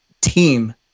team